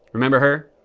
remember her?